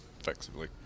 effectively